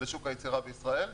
לשוק היצירה בישראל.